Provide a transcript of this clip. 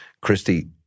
Christy